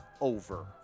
over